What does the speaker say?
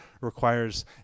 requires